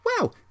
wow